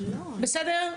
בסדר?